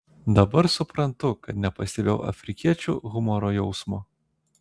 dabar suprantu kad nepastebėjau afrikiečių humoro jausmo